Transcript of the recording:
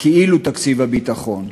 כאילו תקציב הביטחון.